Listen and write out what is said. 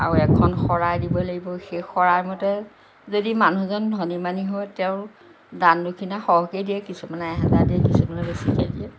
আৰু এখন শৰাই দিব লাগিব সেই শৰাই মতে যদি মানুহজন ধনী মানী হয় তেওঁৰ দান দক্ষিণা সৰহকৈয়ে দিয়ে কিছুমানে এহেজাৰ দিয়ে কিছুমানে বেছিকৈ দিয়ে